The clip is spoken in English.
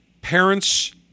Parents